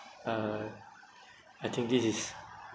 uh I think this is